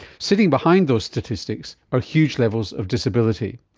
sitting behind those statistics are huge levels of disability.